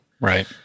Right